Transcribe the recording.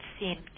seem